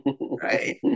Right